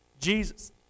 Jesus